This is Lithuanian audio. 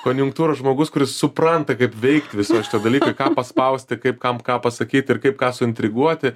konjunktūros žmogus kuris supranta kaip veikt visoj šitoj kai ką paspausti kaip kam ką pasakyt ir kaip ką suintriguoti